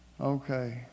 Okay